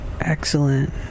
Excellent